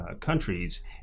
countries